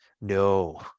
No